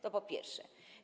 To po pierwsze.